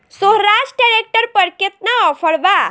सोहराज tractor पर केतना offer बा?